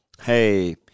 Hey